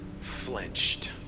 flinched